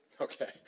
Okay